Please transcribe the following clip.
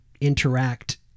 interact